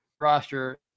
roster